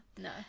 No